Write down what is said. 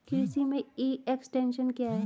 कृषि में e extension क्या है?